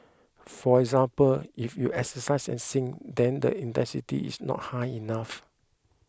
for example if you exercise and sing then the intensity is not high enough